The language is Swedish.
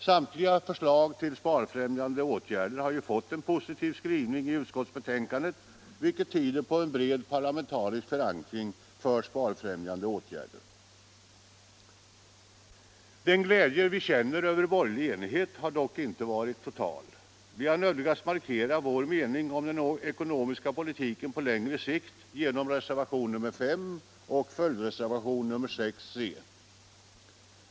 Samtliga förslag till sparfrämjande åtgärder har fått en positiv skrivning i utskottsbetänkandet, vilket tyder på en bred parlamentarisk förankring för sådana åtgärder. Den glädje vi känner över stor borgerlig enighet har dock inte varit total. Vi har nödgats markera vår mening om den ekonomiska politiken på längre sikt genom reservation nr 5 jämte följdreservationen nr 6 C.